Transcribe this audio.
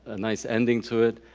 and nice ending to it.